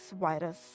virus